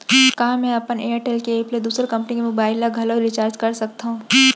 का मैं अपन एयरटेल के एप ले दूसर कंपनी के मोबाइल ला घलव रिचार्ज कर सकत हव?